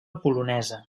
polonesa